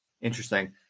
Interesting